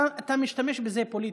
אתה משתמש בזה פוליטית.